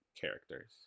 characters